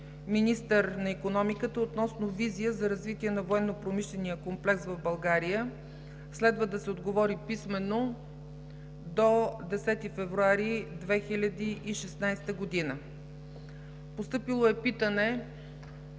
министър на икономиката, относно визия за развитие на военнопромишления комплекс в България. Следва да се отговори писмено до 10 февруари 2016 г.; - народния представител